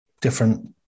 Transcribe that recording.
different